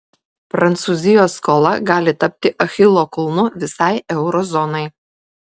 prancūzijos skola gali tapti achilo kulnu visai euro zonai